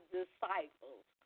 disciples